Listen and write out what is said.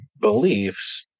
beliefs